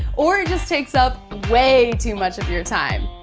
or it just takes up way too much of your time.